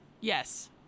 Yes